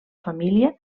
família